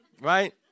right